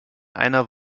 einer